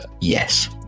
Yes